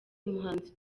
umuhanzi